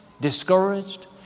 discouraged